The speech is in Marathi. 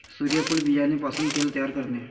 सूर्यफूल बियाणे पासून तेल तयार करणे